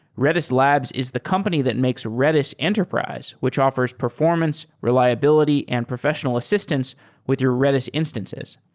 redis labs is the company that makes redis enterprise, which offers performance, reliability and professional assistance with your redis instances.